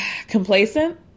Complacent